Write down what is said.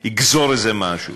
יגזור איזה משהו.